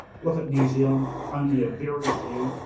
look at new zealand, only a very few.